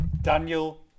Daniel